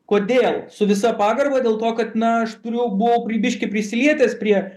kodėl su visa pagarba dėl to kad na aš turiu buvau prie biškį prisilietęs prie